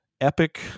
epic